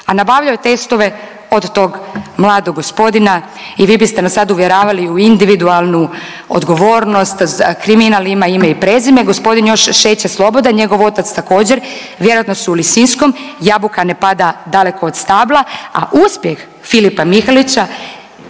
a nabavljao je testove od tog mladog gospodina i vi biste me sad uvjeravali u individualnu odgovornost, kriminal ima ime i prezime, gospodin još šeće slobodan, njegov otac također, vjerojatno su u Lisinskom, jabuka ne pada daleko od stabla, a uspjeh Filipa Mihelića,